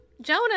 Jonah